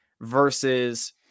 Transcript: versus